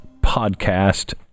podcast